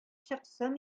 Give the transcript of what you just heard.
чыксын